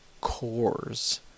cores